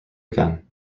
again